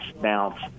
bounce